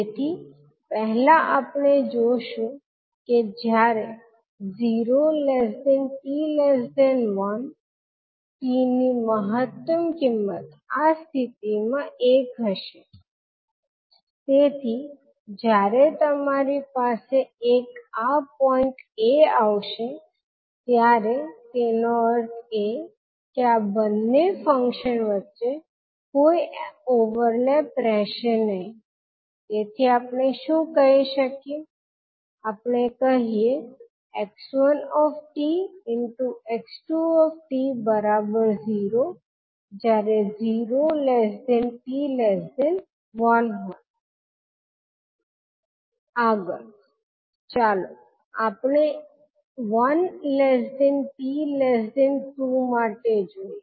તેથી પહેલા આપણે જોશું કે જયારે 0 𝑡 1 t ની મહત્તમ કિંમત આ સ્થિતિમાં એક હશે તેથી જ્યારે તમારી પાસે 1 આ પોઈન્ટ એ આવશે ત્યારે તેનો અર્થ એ કે આ બંને ફંક્શન વચ્ચે કોઈ ઓવરલેપ રહેશે નહીં તેથી આપણે શું કહી શકીએ આપણે કહીએ 𝑥1𝑡 ∗ 𝑥2𝑡 0 0 𝑡 1 આગળ ચાલો આપણે 1 𝑡 2 માટે જોઈએ